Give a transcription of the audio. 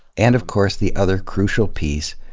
and of course the other crucial piece,